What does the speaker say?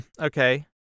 Okay